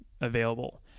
available